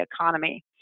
economy